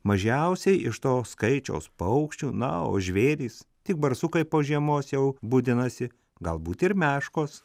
mažiausiai iš to skaičiaus paukščių na o žvėrys tik barsukai po žiemos jau budinasi galbūt ir meškos